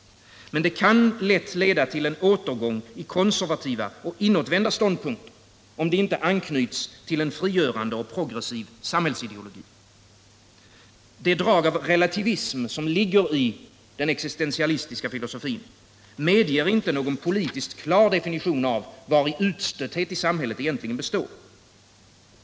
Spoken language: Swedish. Men det kan lätt leda till en återgång i konservativa och inåtvända ståndpunkter, om det inte anknyts till en frigörande och progressiv samhällsideologi. Det drag av relativism som ligger i den existentialistiska filosofin medger inte någon politiskt klar definition av vari utstötthet i samhället egentligen består.